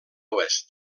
oest